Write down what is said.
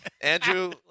Andrew